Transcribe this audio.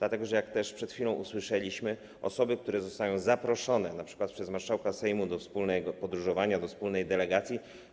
Jak przed chwilą usłyszeliśmy, osoby, które zostają zaproszone np. przez marszałka Sejmu do wspólnego podróżowania, do wspólnej delegacji.